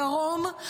בדרום,